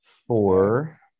Four